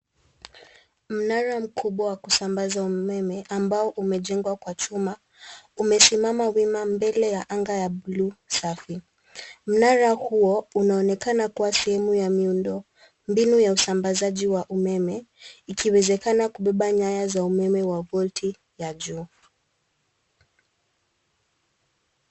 Mnara mkubwa wa kusambaza umeme ambao umejengwa kwa chuma umesimama wima mbele ya anga ya bluu safi. Mnara huo unaonekana kuwa sehemu ya miundombinu ya usambazaji wa umeme, ikiwezekana kubeba nyaya za umeme wa volti ya juu.